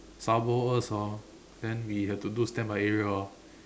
sabo us orh then we have to do standby area orh